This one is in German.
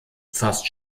fast